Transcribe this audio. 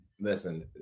listen